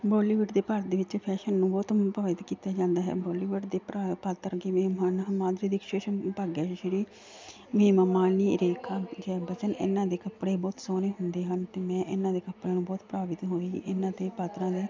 Bollywood ਦੇ ਭਾਰਤ ਦੇ ਵਿੱਚ ਫੈਸ਼ਨ ਨੂੰ ਬਹੁਤ ਅਨੁਭਾਵਿਤ ਕੀਤਾ ਜਾਂਦਾ ਹੈ ਬੋਲੀਵੁੱਡ ਦੇ ਭਰਾ ਪਾਤਰ ਜਿਵੇਂ ਹਨ ਮਾਧੁਰੀ ਦੀਕਸ਼ਿਤ ਭਾਗਿਆ ਸ਼੍ਰੀ ਹੇਮਾ ਮਾਲਿਨੀ ਰੇਖਾ ਜਯਾ ਬੱਚਨ ਇਹਨਾਂ ਦੇ ਕੱਪੜੇ ਬਹੁਤ ਸੋਹਣੇ ਹੁੰਦੇ ਹਨ ਅਤੇ ਮੈਂ ਇਹਨਾਂ ਦੇ ਕੱਪੜਿਆਂ ਨੂੰ ਬਹੁਤ ਪ੍ਰਭਾਵਿਤ ਹੋਈ ਇਹਨਾਂ ਦੇ ਪਾਤਰਾਂ ਦੇ